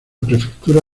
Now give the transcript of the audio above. prefectura